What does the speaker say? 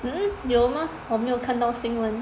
mm 有吗我没有看到新闻